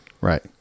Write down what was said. Right